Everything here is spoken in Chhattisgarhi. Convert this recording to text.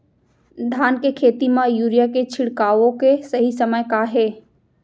धान के खेती मा यूरिया के छिड़काओ के सही समय का हे?